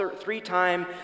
three-time